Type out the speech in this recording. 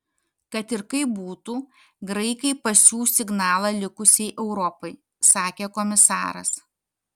kad ir kaip būtų graikai pasiųs signalą likusiai europai sakė komisaras